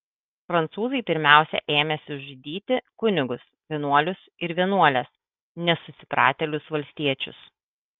prancūzai pirmiausia ėmėsi žudyti kunigus vienuolius ir vienuoles nesusipratėlius valstiečius